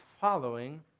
following